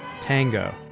tango